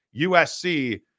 USC